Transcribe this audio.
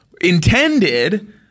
intended